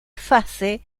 fase